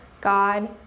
God